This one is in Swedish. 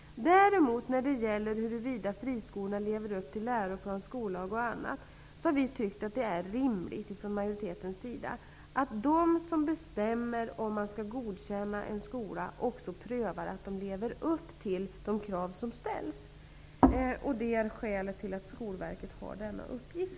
När det däremot gäller huruvida friskolorna lever upp till läroplan, skollag och annat har vi från majoritetens sida tyckt att det är rimligt att de som bestämmer om man skall godkänna en skola också prövar om skolan lever upp till de krav som ställs. Det är skälet till att Skolverket har denna uppgift.